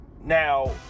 now